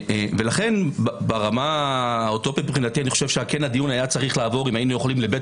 לכן ברמה האוטופית כן הדיון היה צריך לעבור אם היינו יכולים לבית